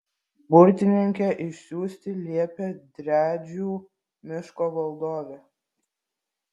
burtininkę išsiųsti liepė driadžių miško valdovė